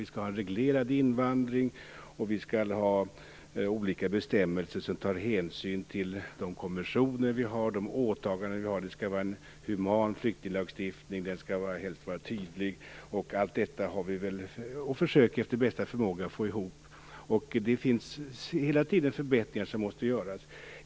Vi skall ha en reglerad invandring, och vi skall ha olika bestämmelser i vilka det tas hänsyn till de konventioner som vi har och de åtaganden som vi har gjort. Det skall vara en human flyktinglagstiftning, och den skall helst vara tydlig. Allt detta försöker vi efter bästa förmåga få ihop. Det finns hela tiden förbättringar som måste göras.